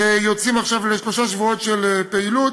שיוצאים עכשיו לשלושה שבועות של פעילות.